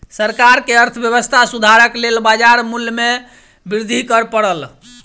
सरकार के अर्थव्यवस्था सुधारक लेल बाजार मूल्य में वृद्धि कर पड़ल